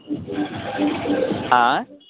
ಹಾನ್